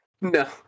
No